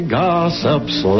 gossips